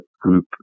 group